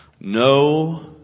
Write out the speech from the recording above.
No